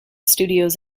studios